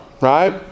right